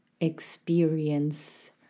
experience